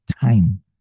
time